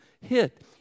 hit